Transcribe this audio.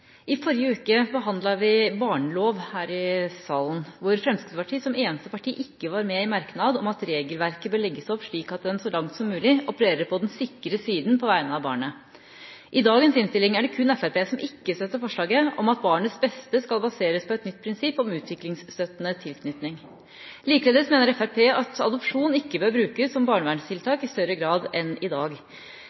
I forrige uke behandlet vi barneloven her i salen, hvor Fremskrittspartiet som eneste parti ikke var med i merknad om at regelverket bør legges opp slik at en så langt som mulig opererer på den sikre siden på vegne av barnet. I dagens innstilling er det kun Fremskrittspartiet som ikke støtter forslaget om at barnets beste skal baseres på et nytt prinsipp om utviklingsstøttende tilknytning. Likeledes mener Fremskrittspartiet at adopsjon ikke bør brukes som barnevernstiltak i større grad enn i dag,